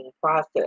process